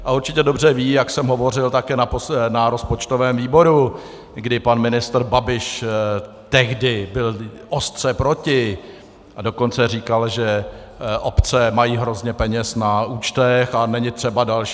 A určitě dobře ví, jak jsem hovořil také na rozpočtovém výboru, kdy pan ministr Babiš tehdy byl ostře proti, a dokonce říkal, že obce mají hrozně peněz na účtech a není třeba další.